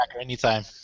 anytime